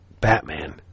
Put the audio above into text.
Batman